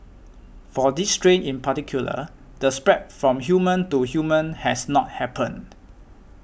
for this strain in particular the spread from human to human has not happened